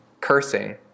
cursing